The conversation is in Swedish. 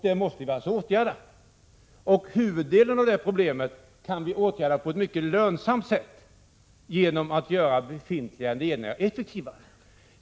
Det måste vi alltså åtgärda. Huvuddelen av det problemet kan vi åtgärda på ett mycket lönsamt sätt genom att göra befintliga ledningar effektivare.